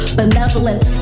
benevolent